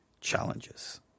challenges